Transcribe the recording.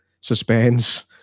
suspense